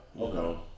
Okay